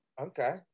Okay